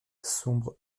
sombre